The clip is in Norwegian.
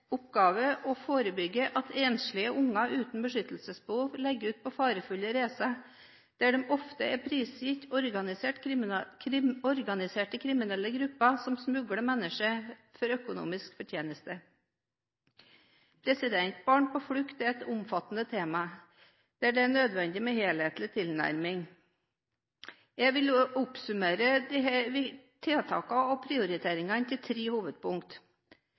oppgave å forebygge at enslige barn uten beskyttelsesbehov legger ut på farefulle reiser, der de ofte er prisgitt organiserte kriminelle grupper som smugler mennesker for økonomisk fortjeneste. Barn på flukt er et omfattende tema, der det er nødvendig med en helhetlig tilnærming. Jeg vil oppsummere tiltakene og prioriteringene i tre